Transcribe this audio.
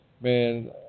Man